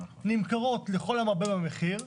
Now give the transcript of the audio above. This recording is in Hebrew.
נמכרות לכל המרבה במחיר.